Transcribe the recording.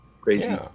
crazy